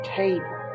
table